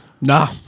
Nah